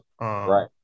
Right